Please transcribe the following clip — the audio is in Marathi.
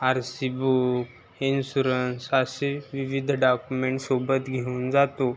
आर सी बूक इन्शुरन्स अशी विविध डाकुमेंट सोबत घेऊन जातो